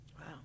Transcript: wow